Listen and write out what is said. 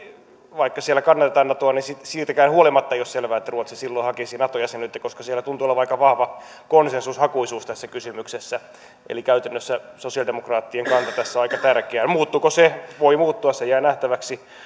vaikka siellä kannatetaan natoa niin siitäkään huolimatta ei ole selvää että ruotsi silloin hakisi nato jäsenyyttä koska siellä tuntuu olevan aika vahva konsensushakuisuus tässä kysymyksessä eli käytännössä sosialidemokraattien kanta tässä on aika tärkeä muuttuuko se voi muuttua se jää nähtäväksi